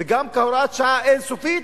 וגם כהוראת שעה אין-סופית,